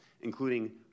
including